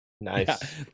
Nice